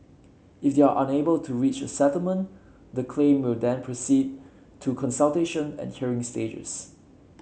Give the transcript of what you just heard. if they are unable to reach a settlement the claim will then proceed to consultation and hearing stages